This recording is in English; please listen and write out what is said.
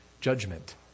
judgment